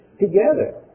together